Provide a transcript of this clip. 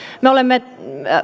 me olemme